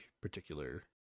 particular